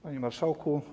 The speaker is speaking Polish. Panie Marszałku!